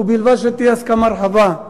ובלבד שתהיה הסכמה רחבה.